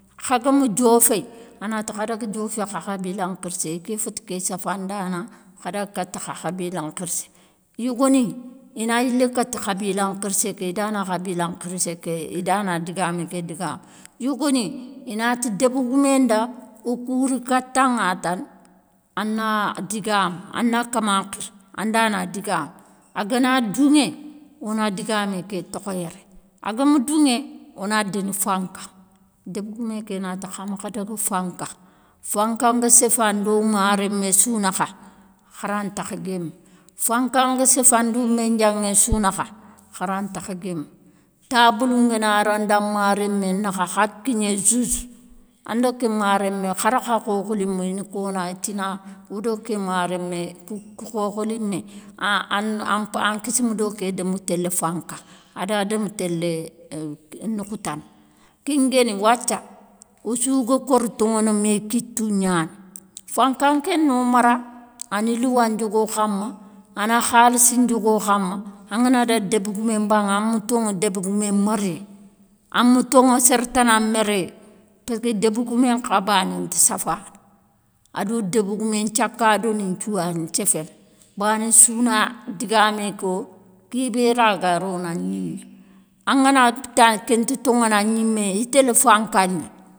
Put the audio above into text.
Khagama dioffé, anati khadaga diofé kha khabila nkhirssé, iké féti ké safandanaŋa, khadaga kati kha khabila nkhirssé. Yogoni ina yilé kati khabila nkhirssé ké idana khabila nkhirsséké idana digamé ké digamou, yogoni inati débégoumé nda, okou ri katanŋa tane ana digamou, ana kama nkhiri, anda na digamou, agana dounŋé, ona digamé ké tokho yéré, agama dounŋé ona déni fanka, débégoumé ké nati khamakha daga fanka, fanka nga séfa ndo maréné sou nakha, khara ntakha guémé. Fanka nga séfa ndo mindianŋéé sou nakha, khara ntakha guémé, tablou ngana ra marémé nakha, kha ga kigné juge, ando ké marémé, kar kha khokholinŋou ina kona itina odo ké marémé, kou khokholimé an kissima do ké démi télé fanka, ada démi télé nokhoutane. kénguéni wathia, ossou ga kor toŋono mé kitou gnani, fanka nkéno mara, ani louwa ndiogo khama, ana khalissi ndioguo khama, angana daga débégoumé mbanŋé, ama tonŋo débégoumé méréyé, ama tonŋo séré tana méréyé, passkeu débégoumé nkha bané nti safana, ado débégoumé nthiakadoni nthiou yani nthiéféné, banéssou na digamé ko, kébé raga rona an gnimé, anganati ta kénti toŋona gnimé, itélé fanka gna.